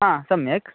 आम् सम्यक्